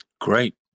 Great